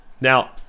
Now